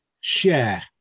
share